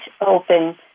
open